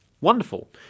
wonderful